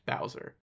Bowser